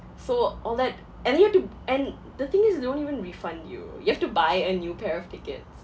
so all that and you have to and the thing is they don't even refund you you have to buy a new pair of tickets